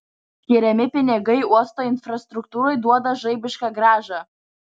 skiriami pinigai uosto infrastruktūrai duoda žaibišką grąžą